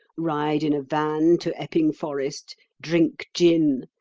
ride in a van to epping forest, drink gin,